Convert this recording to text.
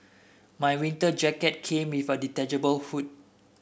my winter jacket came with a detachable hood